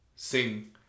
Sing